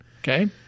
Okay